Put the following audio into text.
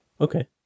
okay